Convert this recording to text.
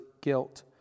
guilt